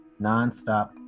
nonstop